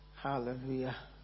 Hallelujah